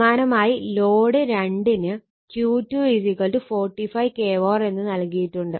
സമാനമായി ലോഡ് 2 ന് Q2 45 kVAr എന്ന് നൽകിയിട്ടുണ്ട്